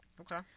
Okay